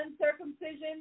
uncircumcision